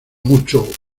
mucho